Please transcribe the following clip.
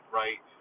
right